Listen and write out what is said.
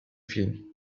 film